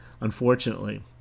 unfortunately